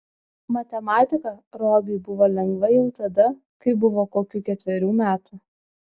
matematika robiui buvo lengva jau tada kai buvo kokių ketverių metų